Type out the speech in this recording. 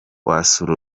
wasura